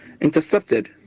intercepted